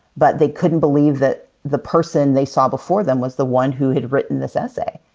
but they couldn't believe that the person they saw before them was the one who had written this essay.